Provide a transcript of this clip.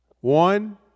One